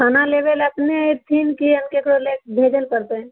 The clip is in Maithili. खाना लेबऽ लए अपने अयथिन कि हम केकरो लए कऽ भेजऽ लए पड़तै